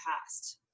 past